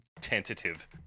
tentative